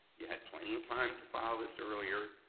you had plenty of time to file this earlier,